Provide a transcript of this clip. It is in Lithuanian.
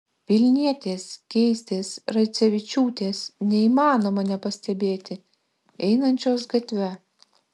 vilnietės geistės raicevičiūtės neįmanoma nepastebėti einančios gatve